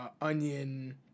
onion